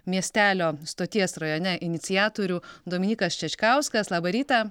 miestelio stoties rajone iniciatorių dominykas čečkauskas labą rytą